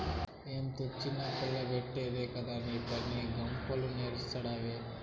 ఏం తెచ్చినా కుల్ల బెట్టుడే కదా నీపని, గప్పాలు నేస్తాడావ్